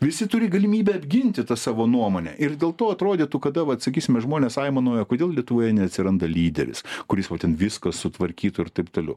visi turi galimybę apginti tą savo nuomonę ir dėl to atrodytų kada vat sakysime žmonės aimanuoja kodėl lietuvoje neatsiranda lyderis kuris vat ten viską sutvarkytų ir taip toliau